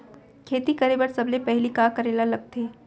खेती करे बर सबले पहिली का करे ला लगथे?